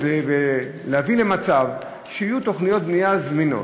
ולהביא למצב שיהיו תוכניות בנייה זמינות.